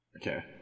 Okay